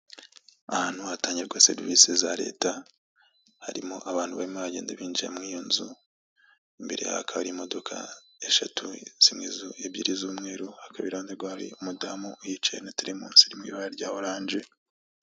Ahantu hatangirwa serivisi za leta harimo abantu barimo baragenda binjira muri iyo nzu, imbere hakaba hari imodoka eshatu ebyiri z'umweru hakaba iruhande rwe hari umudamu uhiyicaye na terimusi mu ibara rya oranje.